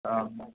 हां